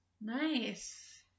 Nice